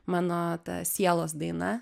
mano sielos daina